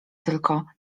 tylko